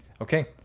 okay